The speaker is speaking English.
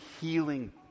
healing